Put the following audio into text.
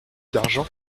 d’argent